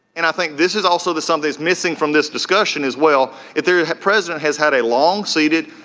and i think this is also the something's missing from this discussion as well. if their president has had a long seated